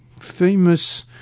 famous